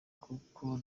nk’uko